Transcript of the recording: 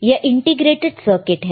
यह integrated circuit है